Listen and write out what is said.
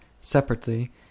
separately